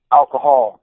alcohol